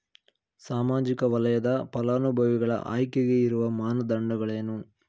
ಸಾಮಾಜಿಕ ವಲಯದ ಫಲಾನುಭವಿಗಳ ಆಯ್ಕೆಗೆ ಇರುವ ಮಾನದಂಡಗಳೇನು?